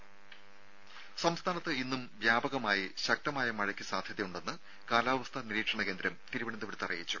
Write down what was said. രുര സംസ്ഥാനത്ത് ഇന്നും വ്യാപകമായി ശക്തമായ മഴയ്ക്ക് സാധ്യതയുണ്ടെന്ന് കാലാവസ്ഥാ നിരീക്ഷണ കേന്ദ്രം തിരുവനന്തപുരത്ത് അറിയിച്ചു